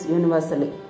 universally